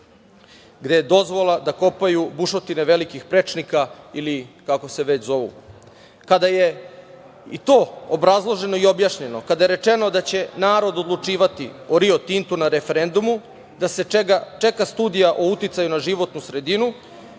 gde je dozvola da kopaju bušotine velikih prečnika ili kako se već zovu. Kada je i to obrazloženo i objašnjeno, kada je rečeno da će narod odlučivati o „Rio Tintu“ na referendumu, da se čeka studija o uticaju na životnu sredinu,